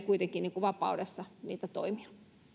kuitenkin edelleen vapaudessa niitä toimia